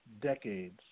decades